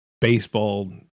baseball